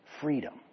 Freedom